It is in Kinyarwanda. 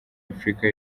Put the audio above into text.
afurika